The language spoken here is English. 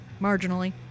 marginally